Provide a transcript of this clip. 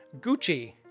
Gucci